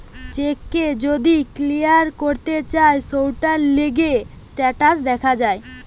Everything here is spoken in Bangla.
চেক কে যদি ক্লিয়ার করতে চায় সৌটার লিগে স্টেটাস দেখা যায়